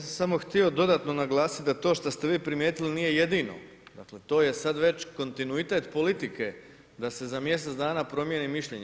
Ja sam samo htio dodatno naglasiti da to što ste vi primijetili nije jedino, dakle to je sada već kontinuitet politike da se za mjesec dana promijeni mišljenje.